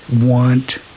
want